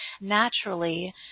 naturally